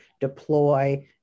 deploy